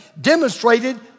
demonstrated